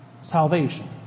salvation